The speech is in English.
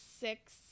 six